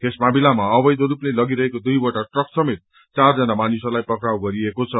यस मामिलामा अवैध रूपले लागिरहेको दुइवटा ट्रकसमेत चार जना मानिसहरूलाई पक्राउ गरिएको छ